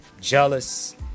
jealous